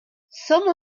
some